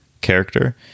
character